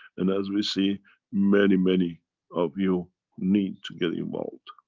and as we see many, many of you need to get involved.